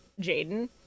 Jaden